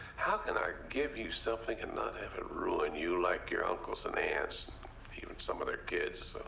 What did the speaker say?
how can i give you something and not have it ruin you like your uncles and aunts? even some of their kids.